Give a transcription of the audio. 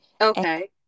Okay